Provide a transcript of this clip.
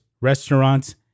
restaurants